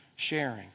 sharing